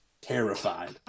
terrified